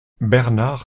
bernard